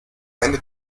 eine